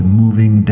moving